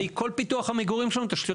הרי כל פיתוח המגורים שלנו תשתיות